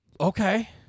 Okay